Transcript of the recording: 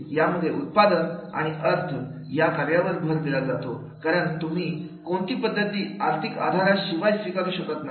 यामध्ये उत्पादन आणि अर्थ या कार्यावर भर दिला जातो कारण तुम्ही कोणती पद्धती आर्थिक आधाराशिवाय स्वीकारू शकत नाही